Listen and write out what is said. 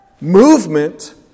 movement